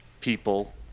people